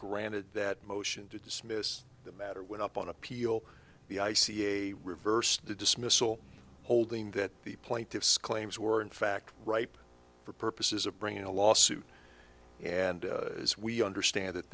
granted that motion to dismiss the matter would up on appeal the i c a reversed the dismissal holding that the plaintiffs claims were in fact ripe for purposes of bringing a lawsuit and as we understand that